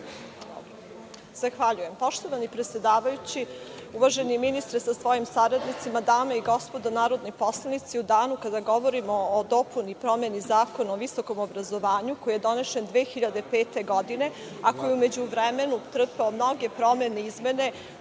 Zahvaljujem. Poštovani predsedavajući, uvaženi ministre sa svojim saradnicima, dame i gospodo narodni poslanici, u danu kada govorimo o dopuni, promeni Zakona o visokom obrazovanju, koji je donesen 2005. godine, a koji je u međuvremenu trpeo mnoge promene, izmene,